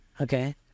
Okay